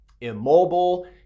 immobile